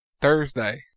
Thursday